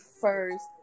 first